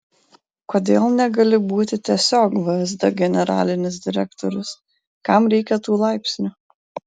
kodėl negali būti tiesiog vsd generalinis direktorius kam reikia tų laipsnių